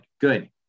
good